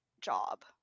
job